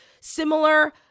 similar